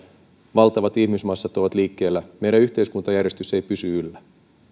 valtavat ihmismassat ovat liikkeellä meidän yhteiskuntajärjestyksemme ei pysy yllä